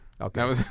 Okay